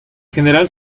general